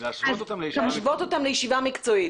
להשוות אותם לישיבה מקצועית.